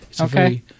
okay